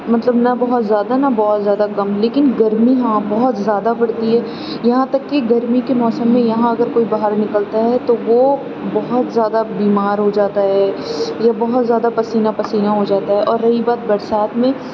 مطلب نہ بہت زیادہ نہ بہت زیادہ کم لیکن گرمی ہاں بہت زیادہ پڑتی ہے یہاں تک کہ گرمی کے موسم میں یہاں اگر کوئی باہر نکلتا ہے تو وہ بہت زیادہ بیمار ہو جاتا ہے یا بہت زیادہ پسینہ پسینہ ہو جاتا ہے اور رہی بات برسات میں